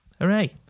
Hooray